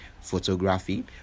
photography